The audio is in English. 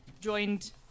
joined